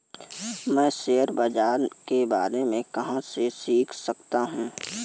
मैं शेयर बाज़ार के बारे में कहाँ से सीख सकता हूँ?